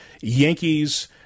Yankees